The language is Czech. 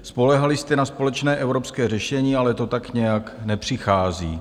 Spoléhali jste na společné evropské řešení, ale to tak nějak nepřichází.